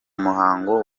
muhango